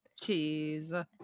Jeez